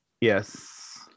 Yes